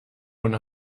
von